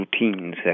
routines